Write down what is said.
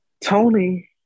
Tony